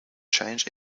change